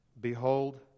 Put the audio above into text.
Behold